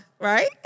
Right